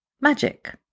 magic